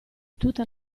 tutta